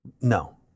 No